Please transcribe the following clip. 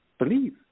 believe